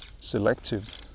selective